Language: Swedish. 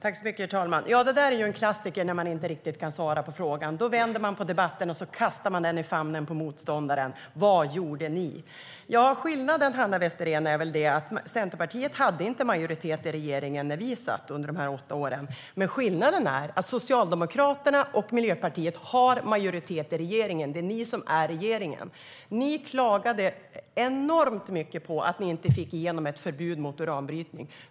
Herr talman! Det där är en klassiker. När man inte kan svara på frågan vänder man på debatten och kastar den i famnen på motståndaren: Vad gjorde ni? Ni klagade enormt mycket på att ni inte fick igenom ett förbud mot uranbrytning.